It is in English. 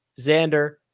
Xander